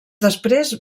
després